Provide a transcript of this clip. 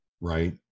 right